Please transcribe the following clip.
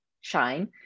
shine